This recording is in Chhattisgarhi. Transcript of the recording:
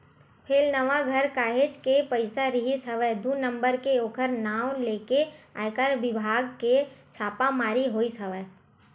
फेलनवा घर काहेच के पइसा रिहिस हवय दू नंबर के ओखर नांव लेके आयकर बिभाग के छापामारी होइस हवय